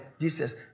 Jesus